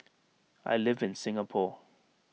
I live in Singapore